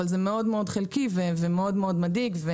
אבל זה מאוד-מאוד חלקי ומאוד מדאיג.